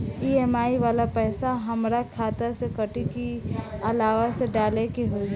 EMI वाला पैसा हाम्रा खाता से कटी की अलावा से डाले के होई?